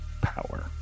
power